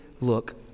look